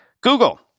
Google